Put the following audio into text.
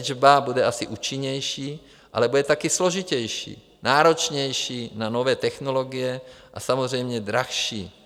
Léčba bude asi účinnější, ale bude taky složitější, náročnější na nové technologie a samozřejmě dražší.